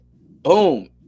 boom